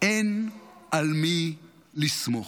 אין על מי לסמוך.